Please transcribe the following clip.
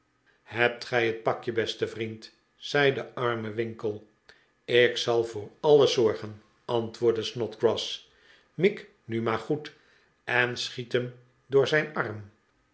hebt gij het pakje beste vriend zei de arme winkle ik zal voor alles zorgen antwoordde snodgrass mik nu maar goed en schiet hem door zijn arm